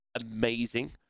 amazing